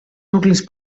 nuclis